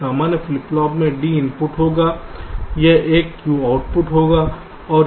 एक सामान्य flip flop में D इनपुट होगा यह एक Q आउटपुट होगा